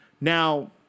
Now